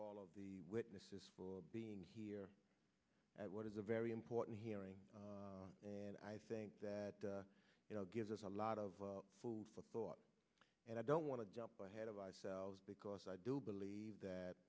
all of the witnesses for being here at what is a very important hearing and i think that you know gives us a lot of food for thought and i don't want to jump ahead of ourselves because i do believe that